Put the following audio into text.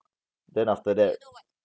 then after that